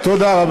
תודה רבה.